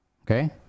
okay